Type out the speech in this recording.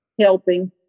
helping